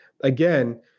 again